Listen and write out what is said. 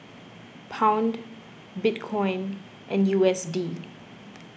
Pound Bitcoin and U S D